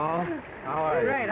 all right